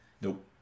Nope